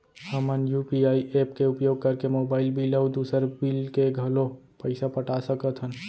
हमन UPI app के उपयोग करके मोबाइल बिल अऊ दुसर बिल के घलो पैसा पटा सकत हन